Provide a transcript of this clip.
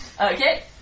okay